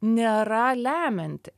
nėra lemianti